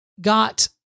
got